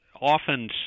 often